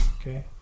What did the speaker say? Okay